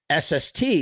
sst